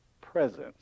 presence